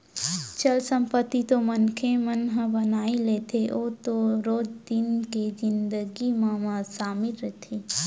चल संपत्ति तो मनखे मन ह बनाई लेथे ओ तो रोज दिन के जिनगी म सामिल रहिथे